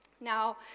Now